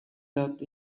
that